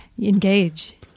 Engage